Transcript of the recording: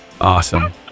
Awesome